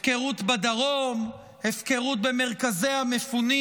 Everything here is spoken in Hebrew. הפקרות בדרום, הפקרות במרכזי המפונים.